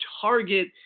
target